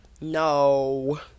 No